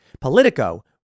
Politico